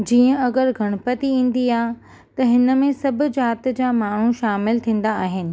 जीअं अगरि गणपती ईंदी आहे त हिन में सभु ज़ात जा माण्हू शामिलु थींदा आहिनि